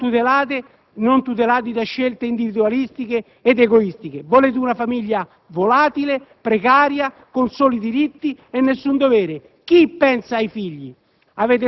non tutelati da scelte individualistiche ed egoistiche. Volete una famiglia volatile, precaria, con soli diritti e nessun dovere. Chi pensa ai figli?